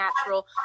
natural